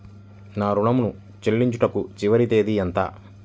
నా ఋణం ను చెల్లించుటకు చివరి తేదీ ఎంత?